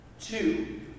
two